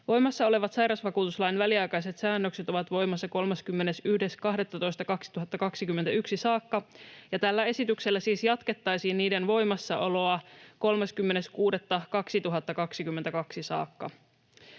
Voimassa olevat sairausvakuutuslain väliaikaiset säännökset ovat voimassa 31.12.2021 saakka, ja tällä esityksellä siis jatkettaisiin niiden voimassaoloa 30.6.2022 saakka.